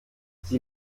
sie